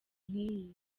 nk’iyi